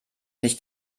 nicht